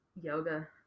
yoga